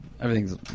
Everything's